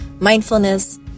mindfulness